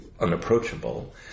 unapproachable